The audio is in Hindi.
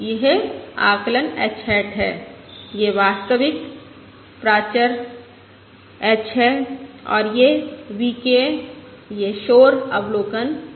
यह आकलन h हैट है यह वास्तविक प्राची प्राचार h है और ये V k येँ ये शोर अवलोकन शोर हैं